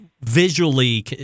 visually